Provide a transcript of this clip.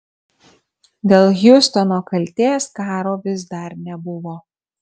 dėl hiustono kaltės karo vis dar nebuvo